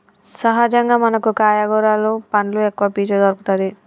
సహజంగా మనకు కాయ కూరలు పండ్లు ఎక్కవ పీచు దొరుకతది